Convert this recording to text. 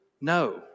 No